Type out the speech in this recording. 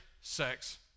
sex